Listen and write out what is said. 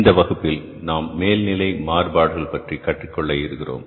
இந்த வகுப்பில் நாம் மேல் நிலை மாறுபாடுகள் பற்றி கற்றுக்கொள்ள இருக்கிறோம்